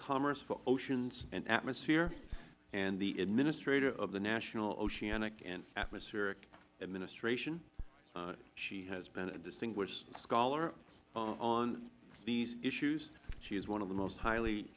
commerce for oceans and atmosphere and the administrator of the national oceanic and atmospheric administration she has been a distinguished scholar on these issues she is one of the most highly